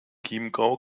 chiemgau